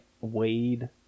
Wade